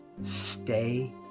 stay